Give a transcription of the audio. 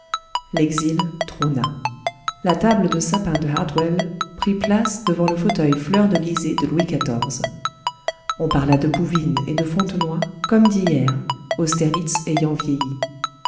l'exil trôna la table de sapin de hartwell prit place devant le fauteuil fleurdelysé de louis xiv on parla de bouvines et de fontenoy comme d'hier austerlitz ayant vieilli